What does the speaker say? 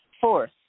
Fourth